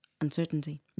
uncertainty